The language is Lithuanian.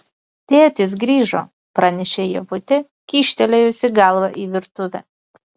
tėtis grįžo pranešė ievutė kyštelėjusi galvą į virtuvę